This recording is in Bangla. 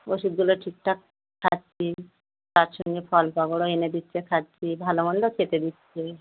ওষুধগুলো ঠিকঠাক খাচ্ছি তার সঙ্গে ফল পাকড়ও এনে দিচ্ছে খাচ্ছি ভালো মন্দ খেতে দিচ্ছে